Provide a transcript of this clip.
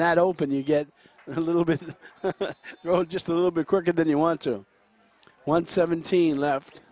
that open you get a little bit just a little bit quicker than you want to one seventeen left